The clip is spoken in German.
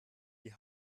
die